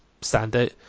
standout